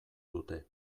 dute